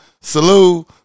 Salute